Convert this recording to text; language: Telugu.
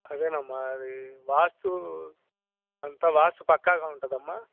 అదేనమ్మా అది వాస్తు అంతా వాస్తు పక్కాగా ఉంటుందమ్మా